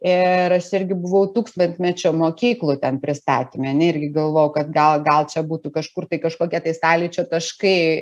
ir aš irgi buvau tūkstantmečio mokyklų ten pristatyme ane irgi galvojau kad gal gal čia būtų kažkur tai kažkokie tai sąlyčio taškai